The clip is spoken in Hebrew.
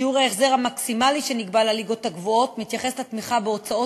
שיעור ההחזר המקסימלי שנקבע לליגות הגבוהות מתייחס לתמיכה בהוצאות